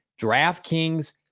DraftKings